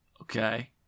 Okay